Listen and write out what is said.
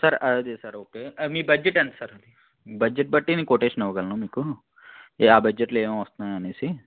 sir అదే sir okay మీ budget ఎంత సార్ అది బడ్జెట్ బట్టి నేను కొటేషన్ ఇవ్వగలను మీకు య ఆ బడ్జెట్లో ఏమేమి వస్తున్నాయి అనేసి